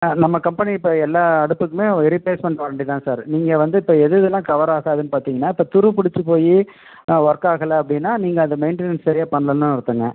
ஆ நம்ம கம்பெனி இப்போ எல்லா அடுப்புக்குமே ரீப்ளேஸ்மண்ட் வாரண்ட்டி தான் சார் நீங்கள் வந்து இப்போ எது எதெல்லாம் கவர் ஆகாதுன்னு பார்த்தீங்கன்னா இப்போ துரு பிடிச்சி போய் ஒர்க் ஆகலை அப்படின்னா நீங்கள் அதை மெயின்டனென்ஸ் சரியாக பண்ணலைன்னு அர்த்தங்க